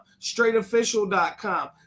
straightofficial.com